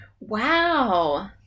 Wow